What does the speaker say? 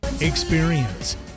Experience